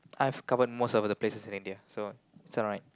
I've covered most of places in India so is alright